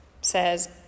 says